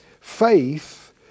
Faith